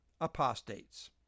apostates